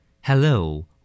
Hello